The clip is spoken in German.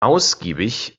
ausgiebig